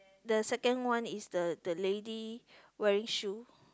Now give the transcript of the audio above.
the second one is the the lady wearing shoe